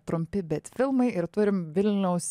trumpi bet filmai ir turim vilniaus